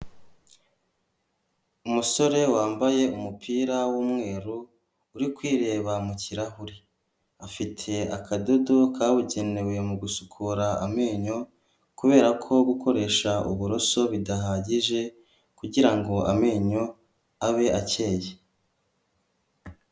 Umusore wambaye umupira w'umweru uri kwireba mu kirahure, afitiye akadodo kabugenewe mu gusukura amenyo kubera ko gukoresha uburoso bidahagije kugirango amenyo abe akeye.